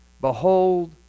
Behold